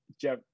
Jeff